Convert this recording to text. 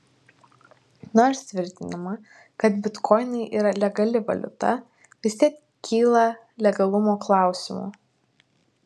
nors tvirtinama kad bitkoinai yra legali valiuta vis tiek kyla legalumo klausimų